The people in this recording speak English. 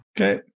Okay